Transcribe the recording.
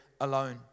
alone